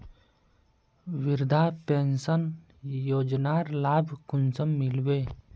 वृद्धा पेंशन योजनार लाभ कुंसम मिलबे?